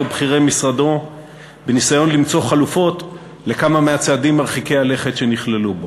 ובכירי משרדו בניסיון למצוא חלופות לכמה מהצעדים מרחיקי הלכת שנכללו בו.